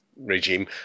Regime